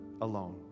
alone